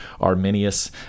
Arminius